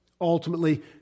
ultimately